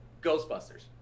ghostbusters